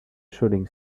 shooting